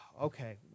okay